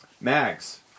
Mags